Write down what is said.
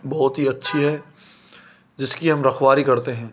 बहुत ही अच्छी है जिसकी हम रखवाली करते हैं